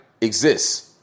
exists